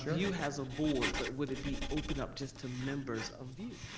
view has a board, but would it be open up just to members of view?